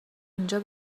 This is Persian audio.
اینجا